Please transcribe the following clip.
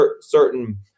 certain